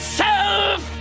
self